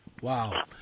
Wow